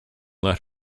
let